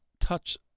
touch